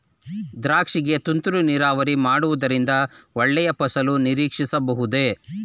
ದ್ರಾಕ್ಷಿ ಗೆ ತುಂತುರು ನೀರಾವರಿ ಮಾಡುವುದರಿಂದ ಒಳ್ಳೆಯ ಫಸಲು ನಿರೀಕ್ಷಿಸಬಹುದೇ?